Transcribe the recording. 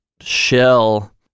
shell